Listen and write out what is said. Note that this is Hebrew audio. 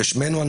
כשמנו,